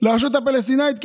לרשות הפלסטינית.